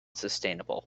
sustainable